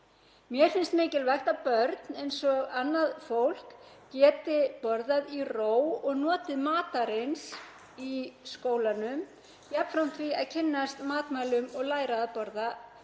Mér finnst mikilvægt að börn eins og annað fólk geti borðað í ró og notið matarins í skólanum, jafnframt því að kynnast matvælum og læra að borða